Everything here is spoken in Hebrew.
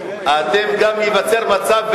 ייווצר מצב,